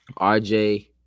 RJ